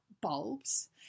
bulbs